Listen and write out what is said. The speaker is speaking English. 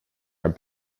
are